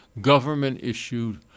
government-issued